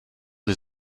des